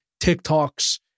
TikToks